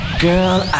Girl